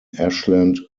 ashland